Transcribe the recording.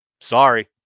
Sorry